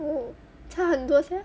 oo 差很多 sia